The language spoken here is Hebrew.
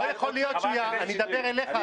לא יכול להיות שהוא ------ אני מדבר אליך,